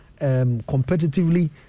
competitively